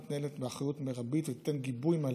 מתנהלת באחריות מרבית ותיתן גיבוי מלא.